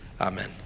Amen